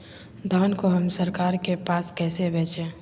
धान को हम सरकार के पास कैसे बेंचे?